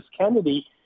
Kennedy